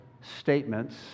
statements